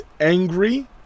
angry